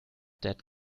that